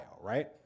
right